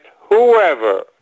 whoever